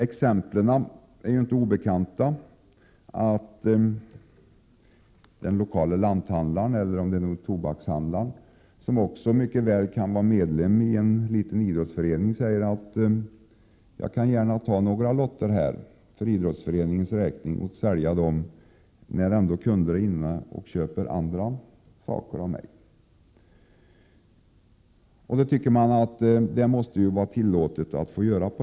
Exemplen är inte obekanta: lanthandlaren eller tobakshandlaren kan mycket väl vara medlem i en idrottsförening och tycker att han mycket väl kan sälja föreningens lotter till de kunder som kommer till hans butik.